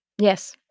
Yes